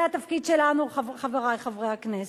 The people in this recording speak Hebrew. זה התפקיד שלנו, חברי חברי הכנסת.